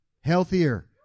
healthier